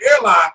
airline